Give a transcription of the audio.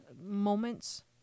moments